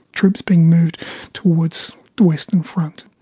troops being moved towards the western front.